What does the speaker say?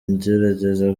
ngerageza